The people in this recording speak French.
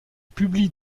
publie